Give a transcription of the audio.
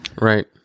Right